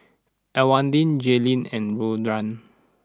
Elwanda Jayleen and Dorian